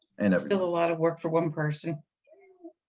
and still a lot of work for one person